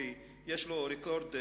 כי יש לו רקורד,